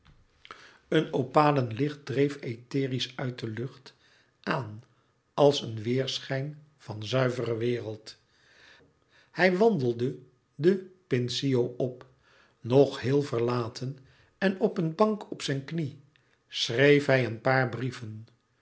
een opalen licht dreef etherisch uit de lucht aan als een weêrschijn van zuivere wereld hij wandelde den pincio op nog heel verlaten en op een bank op zijn knie schreef hij een paar brieven